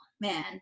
man